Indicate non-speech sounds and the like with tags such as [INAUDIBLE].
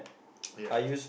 [NOISE] ya